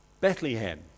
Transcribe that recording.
Bethlehem